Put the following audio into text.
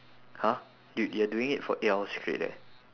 !huh! dude you're doing it for eight hours straight eh